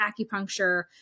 acupuncture